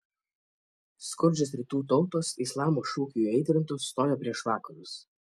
skurdžios rytų tautos islamo šūkių įaitrintos stojo prieš vakarus